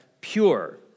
pure